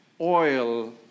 oil